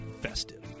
festive